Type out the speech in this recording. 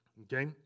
Okay